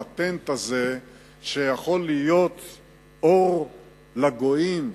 הפטנט הזה שיכול להיות אור לגויים,